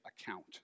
account